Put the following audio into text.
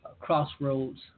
crossroads